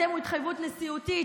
ההסכם הוא התחייבות נשיאותית